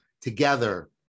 together